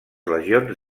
legions